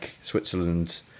Switzerland